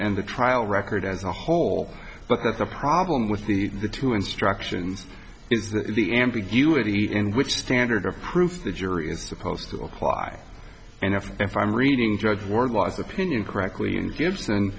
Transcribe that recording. and the trial record as a whole but that's a problem with the the two instruction in the ambiguity in which standard of proof the jury is supposed to apply and if if i'm reading judge wardlaw as opinion correctly and gives the